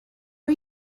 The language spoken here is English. are